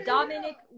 Dominic